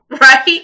Right